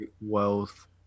wealth